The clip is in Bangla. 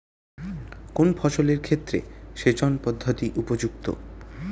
কোন ফসলের ক্ষেত্রে সেচন পদ্ধতি উপযুক্ত?